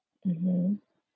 mmhmm